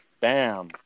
Bam